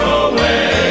away